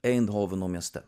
eindhoveno mieste